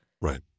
Right